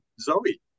Zoe